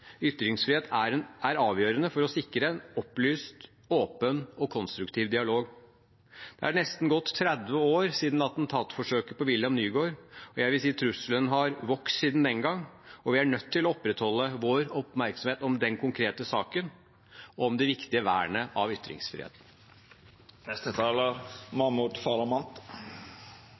Ytringsfrihet er avgjørende for å sikre en opplyst, åpen og konstruktiv dialog. Det er gått nesten 30 år siden attentatforsøket mot William Nygaard, og jeg vil si trusselen har vokst siden den gang. Vi er nødt til å opprettholde vår oppmerksomhet om den konkrete saken og om det viktige vernet av